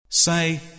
Say